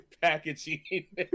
Packaging